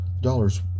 dollar's